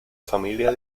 familia